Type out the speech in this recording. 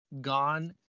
gone